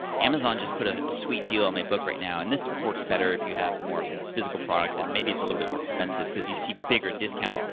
amazon just put a sweet deal on my book right now. and this works better if you have more like a physical product, then maybe it's a little bit more expensive, cause you see bigger discounts.